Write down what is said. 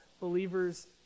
believers